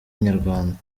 inyarwanda